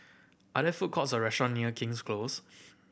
are there food courts or restaurant near King's Close